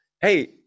hey